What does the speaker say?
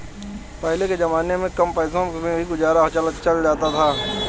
पहले के जमाने में कम पैसों में भी गुजारा चल जाता था